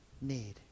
need